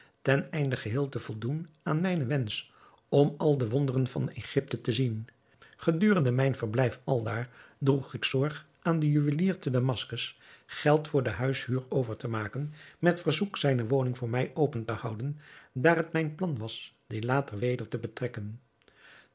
ten einde geheel te voldoen aan mijnen wensch om al de wonderen van egypte te zien gedurende mijn verblijf aldaar droeg ik zorg aan den juwelier te damaskus geld voor de huishuur over te maken met verzoek zijne woning voor mij open te houden daar het mijn plan was die later weder te betrekken